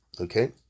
Okay